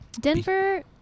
Denver